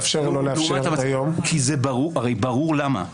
הרי ברור למה.